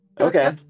Okay